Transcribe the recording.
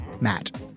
Matt